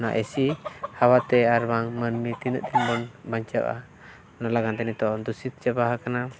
ᱚᱱᱟ ᱮᱥᱤ ᱦᱟᱣᱟᱛᱮ ᱟᱨ ᱵᱟᱝ ᱢᱟᱹᱱᱢᱤ ᱛᱤᱱᱟᱹᱜ ᱫᱤᱱ ᱵᱚᱱ ᱵᱟᱧᱪᱟᱜᱼᱟ ᱚᱱᱟ ᱞᱟᱹᱜᱤᱫᱛᱮ ᱱᱤᱛᱳᱜ ᱫᱷᱩᱥᱤᱛᱚ ᱪᱟᱵᱟ ᱟᱠᱟᱱᱟ